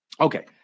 Okay